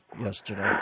yesterday